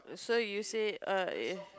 so you say err